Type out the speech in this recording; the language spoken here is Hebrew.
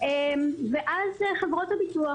ואז חברות הביטוח,